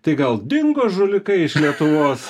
tai gal dingo žulikai iš lietuvos